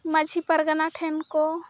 ᱢᱟᱺᱡᱷᱤ ᱯᱟᱨᱜᱟᱱᱟ ᱴᱷᱮᱱᱠᱚ